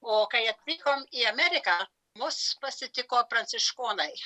o kai atvykom į ameriką mus pasitiko pranciškonai